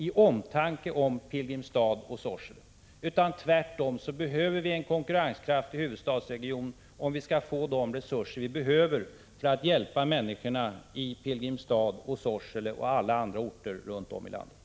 Vi behöver tvärtom en konkurrenskraftig huvudstadsregion, om vi skall få de resurser vi behöver för att hjälpa människorna i Pilgrimstad, Sorsele och alla andra orter runt om i landet.